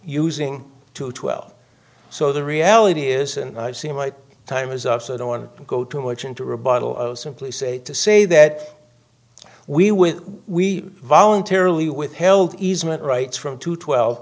using to twelve so the reality is and i see my time is up so i don't want to go too much into a bottle of simply say to say that we will we voluntarily withheld easement rights from two twelve